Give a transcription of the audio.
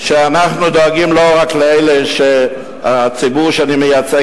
שאנחנו דואגים לא רק לציבור שאני מייצג,